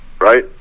right